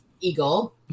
eagle